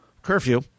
Curfew